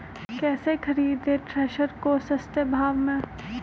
कैसे खरीदे थ्रेसर को सस्ते भाव में?